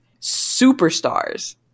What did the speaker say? superstars